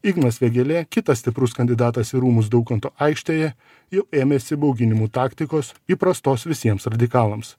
ignas vėgėlė kitas stiprus kandidatas į rūmus daukanto aikštėje jau ėmėsi bauginimų taktikos įprastos visiems radikalams